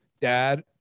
Dad